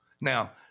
Now